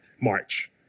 March